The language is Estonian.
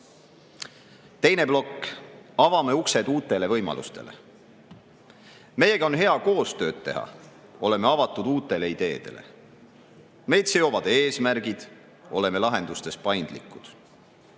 Teine plokk. Avame uksed uutele võimalustele. Meiega on hea koostööd teha. Oleme avatud uutele ideedele. Meid seovad eesmärgid. Oleme lahendustes paindlikud.